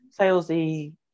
salesy